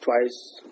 twice